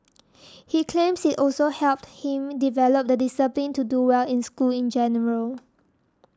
he claims also helped him develop the discipline to do well in school in general